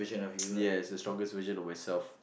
yes the strongest version of myself